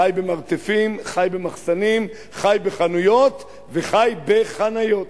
חי במרתפים, חי במחסנים, חי בחנויות וחי בחניות.